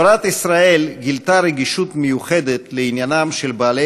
תורת ישראל גילתה רגישות מיוחדת לעניינם של בעלי